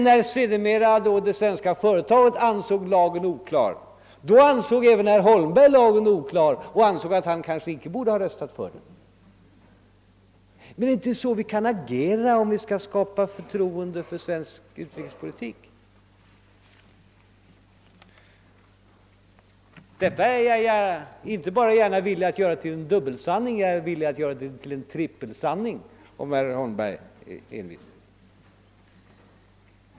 När ett svenskt företag ansåg lagen oklar ansåg även herr Holmberg lagen så oklar att att han kanske inte borde ha röstat för den. Vi kan inte agera på detta sätt, om vi skall skapa förtroende för svensk politik. Detta är jag villig att göra inte endast till en dubbelsanning utan till en trippelsanning om herr Holmberg är envis.